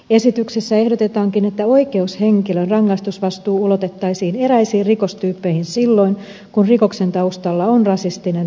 esityksessä ehdotetaankin että oikeushenkilön rangaistusvastuu ulotettaisiin eräisiin rikostyyppeihin silloin kun rikoksen taustalla on rasistinen tai vihamotiivi